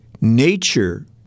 nature